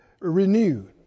renewed